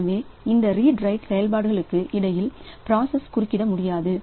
எனவே இந்த read write செயல்பாடுகளுக்கு இடையில் பிராசஸ் குறுக்கிட முடியாது